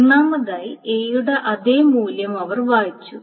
ഒന്നാമതായി എയുടെ അതേ മൂല്യം അവർ വായിച്ചു